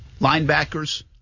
linebackers